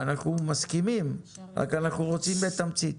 אנחנו מסכימים, רק אנחנו רוצים בתמצית.